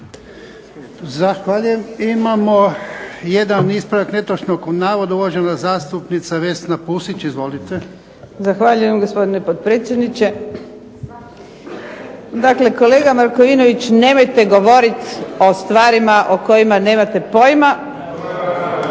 Zahvaljujem. Imamo jedan ispravak netočnog navoda, uvažena zastupnica Vesna Pusić. Izvolite. **Pusić, Vesna (HNS)** Zahvaljujem gospodine potpredsjedniče. Dakle, kolega Markovinović nemojte govoriti o stvarima o kojima nemate pojma